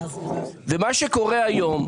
מה שקורה היום,